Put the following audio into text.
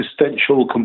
existential